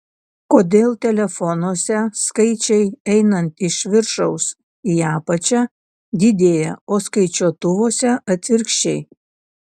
kodėl telefonuose skaičiai einant iš viršaus į apačią didėja o skaičiuotuvuose atvirkščiai